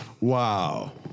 Wow